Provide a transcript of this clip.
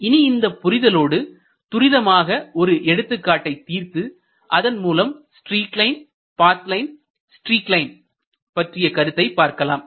இனி இந்தப் புரிதலோடு துரிதமாக ஒரு எடுத்துக்காட்டை தீர்த்து அதன்மூலம் stream line path line streak line பற்றிய கருத்தை பார்க்கலாம்